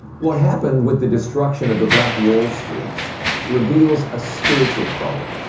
what happened with the destruction of the black wall street reveals a spiritual problem.